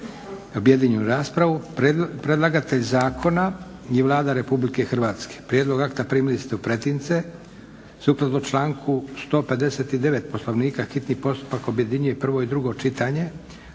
objedinjenu raspravu. Predlagatelj zakona je Vlada RH. Prijedlog akta primili ste u pretince. Sukladno članku 159. Poslovnika hitni postupak objedinjuje prvo i drugo čitanje.